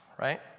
right